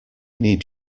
need